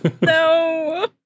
No